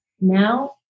Now